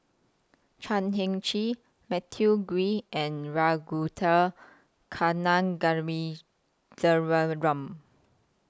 Chan Heng Chee Matthew Ngui and